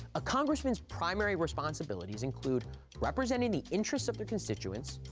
a congressman's primary responsibilities include representing the interests of their constituents,